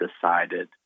decided